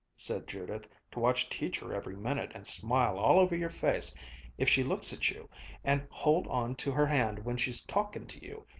said judith, to watch teacher every minute and smile all over your face if she looks at you and hold on to her hand when she's talkin' to you!